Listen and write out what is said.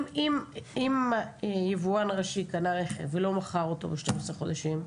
אם היבואן הראשי קנה רכב ולא מכר אותו ב-12 חודשים,